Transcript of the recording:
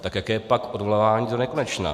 Tak jaképak odvolání donekonečna?